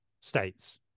states